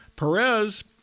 Perez